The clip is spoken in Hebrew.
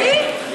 יצירתי.